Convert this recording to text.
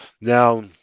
Now